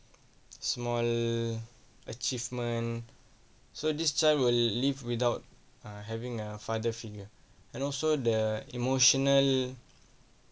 small achievement so this child will live without uh having a father figure and also the emotional